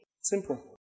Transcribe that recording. Simple